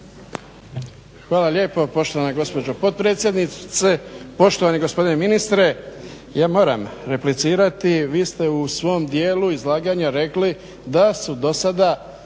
potpredsjednice, poštovani gospodine ministre. Ja moram replicirati, vi ste u svom djelu izlaganja rekli da su dosada